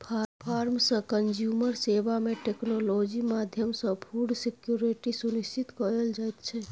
farm सँ consumer सेबा मे टेक्नोलॉजी माध्यमसँ फुड सिक्योरिटी सुनिश्चित कएल जाइत छै